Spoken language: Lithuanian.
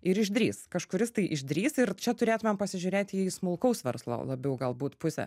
ir išdrįs kažkuris tai išdrįs ir čia turėtumėm pasižiūrėti į smulkaus verslo labiau galbūt pusę